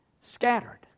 scattered